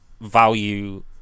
value